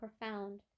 profound